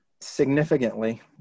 Significantly